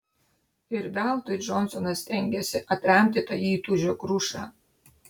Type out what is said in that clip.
ir veltui džonsonas stengėsi atremti tą įtūžio krušą